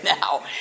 now